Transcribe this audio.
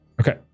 Okay